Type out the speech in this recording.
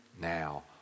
now